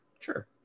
sure